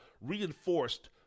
reinforced